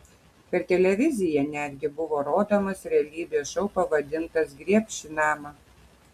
per televiziją netgi buvo rodomas realybės šou pavadintas griebk šį namą